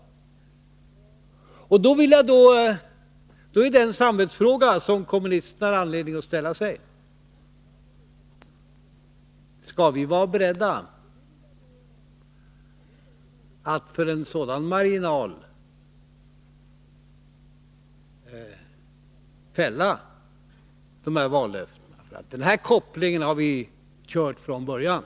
Det är därför en samvetsfråga som kommunisterna har anledning att ställa sig: Skall vi vara beredda att för ett så marginellt belopp fälla de här vallöftena? Den här kopplingen har vi gjort från början.